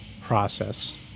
process